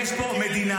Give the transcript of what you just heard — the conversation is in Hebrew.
יש פה מדינה,